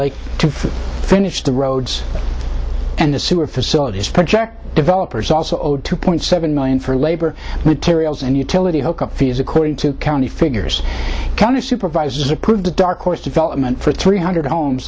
lake to finish the roads and the sewer facilities project developers also owed two point seven million for labor materials and utility hook up fees according to county figures county supervisors approved a darkhorse development for three hundred homes